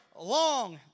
long